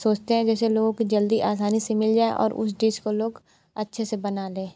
सोचते हैं जैसे लोगों को जल्दी आसानी से मिल जाए और उस डिश को लोग अच्छे से बना ले